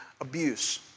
Abuse